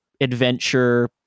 adventure